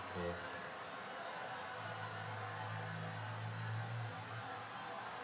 mm